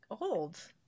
old